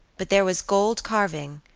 but there was gold carving,